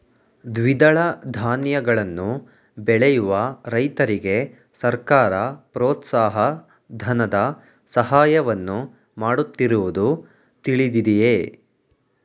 ದ್ವಿದಳ ಧಾನ್ಯಗಳನ್ನು ಬೆಳೆಯುವ ರೈತರಿಗೆ ಸರ್ಕಾರ ಪ್ರೋತ್ಸಾಹ ಧನದ ಸಹಾಯವನ್ನು ಮಾಡುತ್ತಿರುವುದು ತಿಳಿದಿದೆಯೇ?